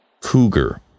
Cougar